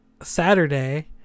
Saturday